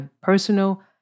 personal